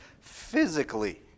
physically